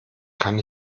kann